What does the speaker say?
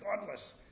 godless